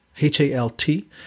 H-A-L-T